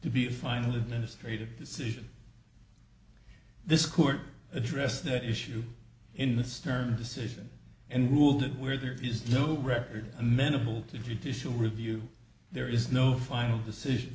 to be a final administrative decision this court addressed that issue in the stern decision and ruled that where there is no record amenable to judicial review there is no final decision